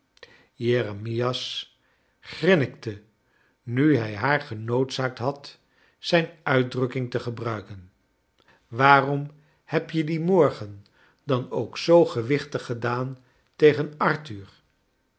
grirmikte nu hij baar genoodzankt had zijn uitdrukking te gebruiken waarom heb je dien morgen dan ook zoo gewichtig gedaan tegen arthur